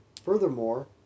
Furthermore